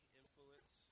influence